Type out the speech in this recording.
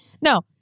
no